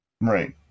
Right